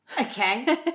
Okay